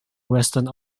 western